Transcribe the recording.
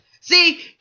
see